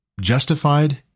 justified